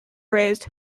raised